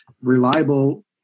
reliable